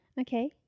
okay